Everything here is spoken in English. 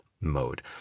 mode